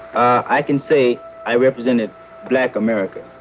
i can say i represented black america.